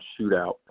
shootout